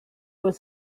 was